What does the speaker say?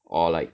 or like